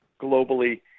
globally